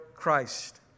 Christ